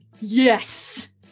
yes